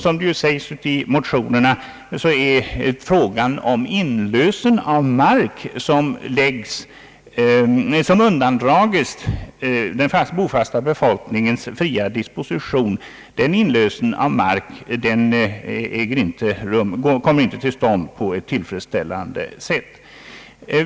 Som det framhålls i motionerna kommer inlösen av mark, som undandrages den bofasta befolkningens fria disposition, inte till stånd på ett tillfredsställande sätt.